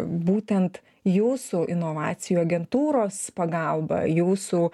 būtent jūsų inovacijų agentūros pagalba jūsų